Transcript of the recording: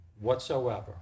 whatsoever